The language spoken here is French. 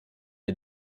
est